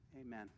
Amen